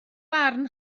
barn